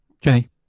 Jenny